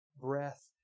breath